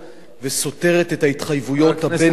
וסותרת את ההתחייבויות הבין-לאומיות,